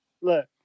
look